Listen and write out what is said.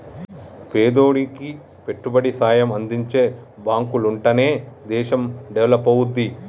పేదోనికి పెట్టుబడి సాయం అందించే బాంకులుంటనే దేశం డెవలపవుద్ది